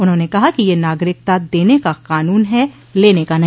उन्होंने कहा कि यह नागरिकता देने का कानून है लेने का नहीं